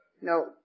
no